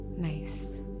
nice